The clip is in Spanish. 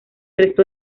resto